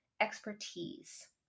expertise